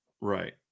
Right